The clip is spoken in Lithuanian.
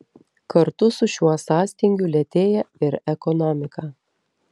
kartu su šiuo sąstingiu lėtėja ir ekonomika